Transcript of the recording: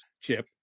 Chip